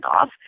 off